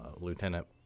Lieutenant